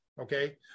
Okay